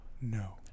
No